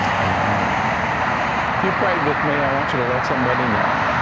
amen. if you prayed with me i want you to let somebody know.